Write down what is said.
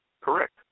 correct